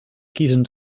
kiezen